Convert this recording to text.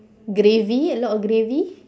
gravy a lot of gravy